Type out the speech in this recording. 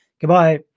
Goodbye